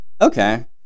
okay